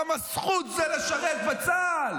כמה זכות זה לשרת בצה"ל.